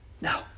no